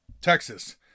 Texas